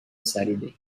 saturday